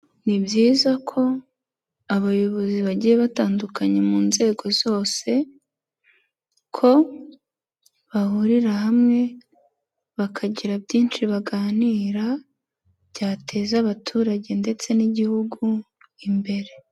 Ni byiza ko abayobozi bagiye batandukanye mu nzego zose, ko bahurira hamwe bakagira byinshi baganira, byateza abaturage ndetse n'igihugu imbere.